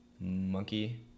Monkey